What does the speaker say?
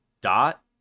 dot